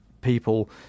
people